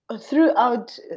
throughout